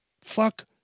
Fuck